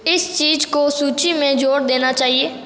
इस चीज़ को सूची में जोड़ देना चाहिए